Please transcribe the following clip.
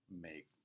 make